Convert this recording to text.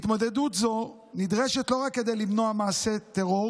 התמודדות זו נדרשת לא רק כדי למנוע מעשי טרור